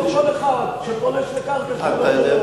כמו כל אחד שפולש לקרקע שלא שלו,